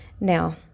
Now